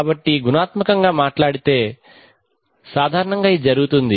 కాబట్టి గుణాత్మకంగా మాట్లాడితే ఇదే సాధారణంగా ఇది జరుగుతుంది